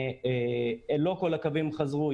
לא כל הקווים חזרו,